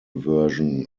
version